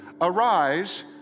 Arise